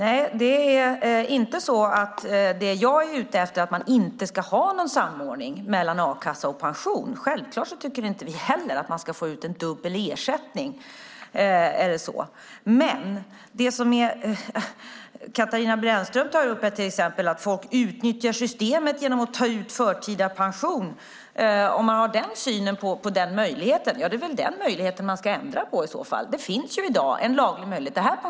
Fru talman! Nej, jag är inte ute efter att man inte ska ha någon samordning mellan a-kassa och pension. Självklart tycker inte heller vi att man ska få ut dubbel ersättning. Men om man har den syn som Katarina Brännström ger uttryck för, att folk utnyttjar systemet genom att ta ut förtida pension, är det väl i så fall den möjligheten man ska ändra på. Det är ju en laglig möjlighet som finns i dag.